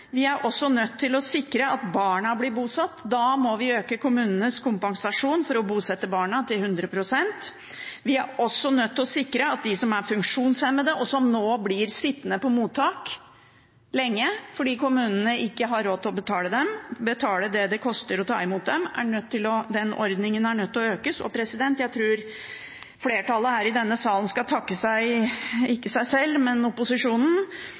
Vi er også nødt til å sikre at barna blir bosatt. Da må vi øke kommunenes kompensasjon for å bosette barna til 100 pst. Vi er også nødt til å sikre dem som er funksjonshemmede, og som nå blir sittende på mottak lenge fordi kommunene ikke har råd til å betale det det koster å ta imot dem. Den ordningen må også økes. Jeg tror flertallet her i denne salen skal takke – ikke seg sjøl, men opposisjonen